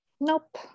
Nope